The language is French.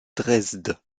dresde